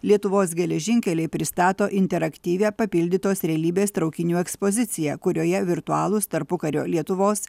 lietuvos geležinkeliai pristato interaktyvią papildytos realybės traukinių ekspoziciją kurioje virtualūs tarpukario lietuvos